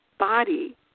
body